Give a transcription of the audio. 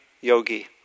yogi